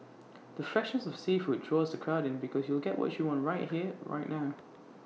the freshness of the seafood draws the crowd in because you'll get what you want right here right now